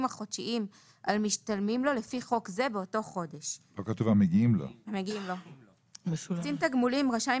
החודשיים המגיעים לו לפי חוק זה באותו חודש; קצין התגמולים רשאי,